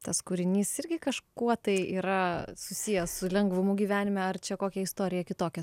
tas kūrinys irgi kažkuo tai yra susijęs su lengvumu gyvenime ar čia kokia istorija kitokia